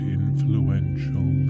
influential